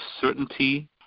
certainty